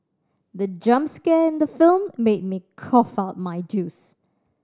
the jump scare in the film made me cough out my juice